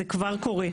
זה כבר קורה,